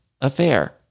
affair